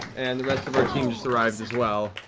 and the rest of our team just arrived as well.